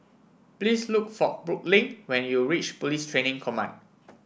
please look for Brooklynn when you reach Police Training Command